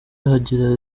azagira